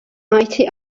eighty